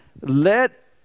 Let